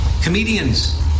Comedians